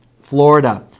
Florida